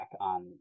on